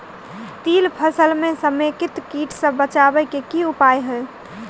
तिल फसल म समेकित कीट सँ बचाबै केँ की उपाय हय?